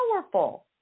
powerful